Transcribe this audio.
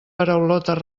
paraulotes